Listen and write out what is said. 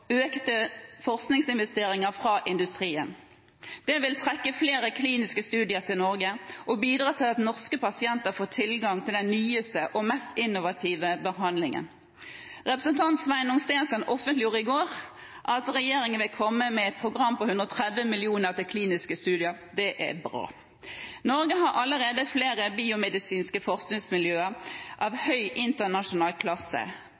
økte forskningsinvesteringer fra industrien. Det vil trekke flere kliniske studier til Norge og bidra til at norske pasienter får tilgang til den nyeste og mest innovative behandlingen. Representanten Sveinung Stensland offentliggjorde i går at regjeringen vil komme med et program på 130 mill. kr til kliniske studier. Det er bra. Norge har allerede flere biomedisinske forskningsmiljøer av høy internasjonal klasse.